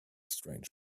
strange